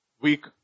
week